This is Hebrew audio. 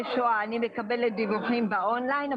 שואה שאני מקבלת דיווחים באון-ליין.